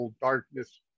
darkness